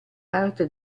parte